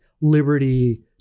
liberty